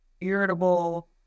irritable